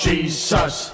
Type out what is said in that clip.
Jesus